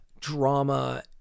drama